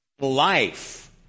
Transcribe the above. life